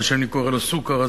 מה שאני קורא לו סו-כר.